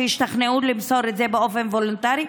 שישתכנעו למסור את זה באופן וולונטרי?